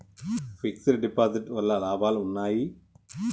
Fix డ్ deposit వల్ల లాభాలు ఉన్నాయి?